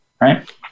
right